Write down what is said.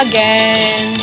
Again